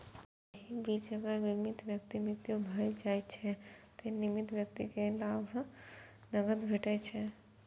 एहि बीच अगर बीमित व्यक्तिक मृत्यु भए जाइ छै, तें नामित व्यक्ति कें नकद लाभ भेटै छै